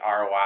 roi